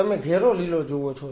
તમે ઘેરો લીલો જુઓ છો